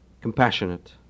compassionate